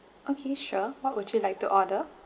okay sure what would you like to order